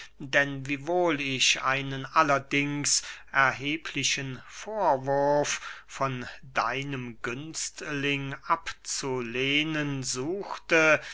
denn wiewohl ich einen allerdings erheblichen vorwurf von deinem günstling abzulehnen suchte